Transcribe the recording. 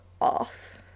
off